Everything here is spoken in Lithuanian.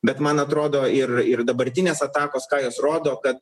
bet man atrodo ir ir dabartinės atakos ką jos rodo kad